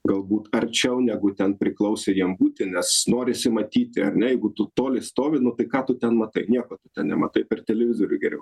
galbūt arčiau negu ten priklausė jiem būti nes norisi matyti ar ne jeigu tu toli stovi nu tai ką tu ten matai nieko ten nematai per televizorių geriau